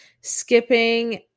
skipping